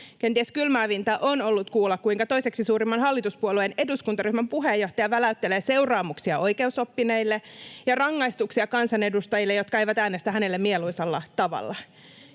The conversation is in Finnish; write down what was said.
Kenties kylmäävintä on ollut kuulla, kuinka toiseksi suurimman hallituspuolueen eduskuntaryhmän puheenjohtaja väläyttelee seuraamuksia oikeusoppineille ja rangaistuksia kansanedustajille, jotka eivät äänestä hänelle mieluisalla tavalla.